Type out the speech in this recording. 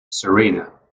serena